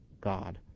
God